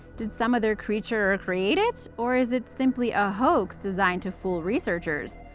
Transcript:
did some other creature create it, or is it simply a hoax designed to fool researchers?